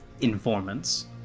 informants